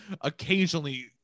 occasionally